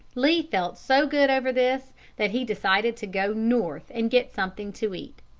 lee felt so good over this that he decided to go north and get something to eat.